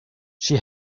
she